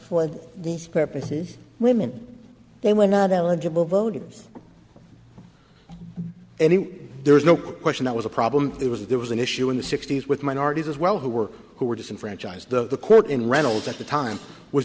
for these purposes women they were not eligible voters anyway there was no question that was a problem there was there was an issue in the sixty's with minorities as well who were who were disenfranchised the court in reynolds at the time was